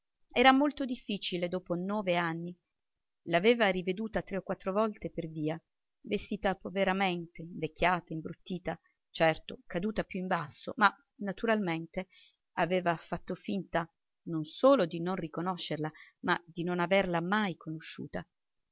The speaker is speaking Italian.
era molto difficile dopo nove anni l'aveva riveduta tre o quattro volte per via vestita poveramente invecchiata imbruttita certo caduta più in basso ma naturalmente aveva fatto finta non solo di non riconoscerla ma di non averla mai conosciuta